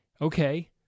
Okay